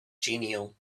genial